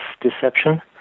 Deception*